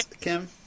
Kim